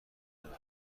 میبرد